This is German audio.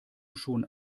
schon